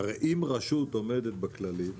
הרי אם רשות עומדת בכללים,